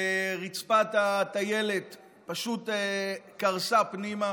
ורצפת הטיילת פשוט קרסה פנימה,